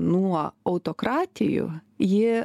nuo autokratijų ji